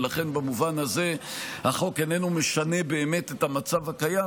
ולכן במובן הזה החוק איננו משנה באמת את המצב הקיים